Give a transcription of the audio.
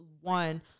one